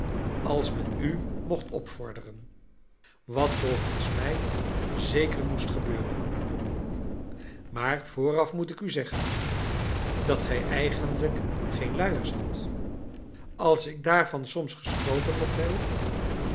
als men u mocht opvorderen wat volgens mij zeker moest gebeuren maar vooraf moet ik u zeggen dat gij eigenlijk geen luiers hadt als ik daarvan soms gesproken mocht hebben